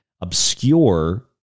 obscure